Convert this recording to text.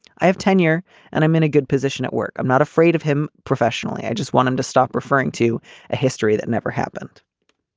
i have tenure and i'm in a good position at work. i'm not afraid of him professionally. i just want him to stop referring to a history that never happened.